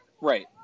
Right